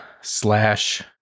slash